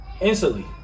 Instantly